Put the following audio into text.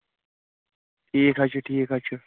ٹھیٖک حظ چھُ ٹھیٖک حظ چھُ